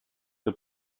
for